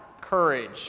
courage